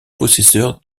possesseur